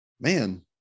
man